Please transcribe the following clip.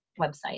website